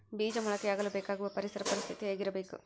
ಬೇಜ ಮೊಳಕೆಯಾಗಲು ಬೇಕಾಗುವ ಪರಿಸರ ಪರಿಸ್ಥಿತಿ ಹೇಗಿರಬೇಕು?